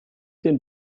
den